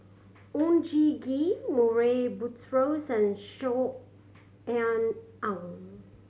Oon Jin Gee Murray Buttrose and Saw Ean Ang